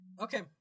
Okay